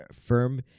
firm